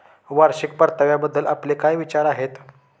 वार्षिक परताव्याबद्दल आपले काय विचार आहेत?